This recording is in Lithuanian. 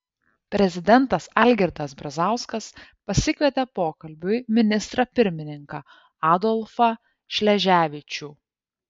prezidentas algirdas brazauskas pasikvietė pokalbiui ministrą pirmininką adolfą šleževičių